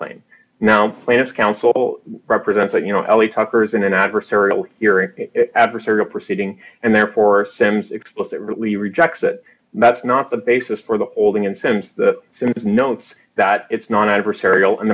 claim now plans counsel representing you know ellie tucker's in an adversarial hearing adversarial proceeding and therefore sam's explicit really rejects that that's not the basis for the holding and since the since notes that it's not adversarial